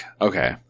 okay